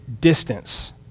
distance